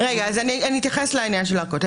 אני אתייחס לעניין של הארכות.